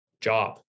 job